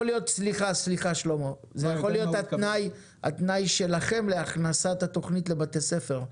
להיות התנאי שלכם להכנסת התוכנית לבתי ספר,